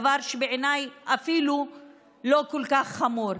דבר שבעיניי אפילו לא כל כך חמור.